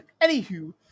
Anywho